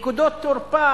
נקודות תורפה,